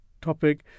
topic